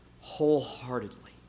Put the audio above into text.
wholeheartedly